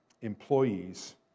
employees